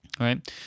right